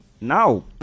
now